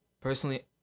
personally